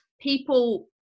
people